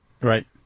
Right